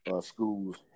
schools